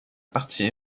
partie